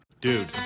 Dude